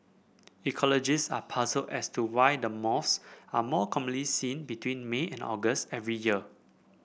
ecologist are puzzled as to why the moths are more commonly seen between May and August every year